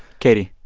katie,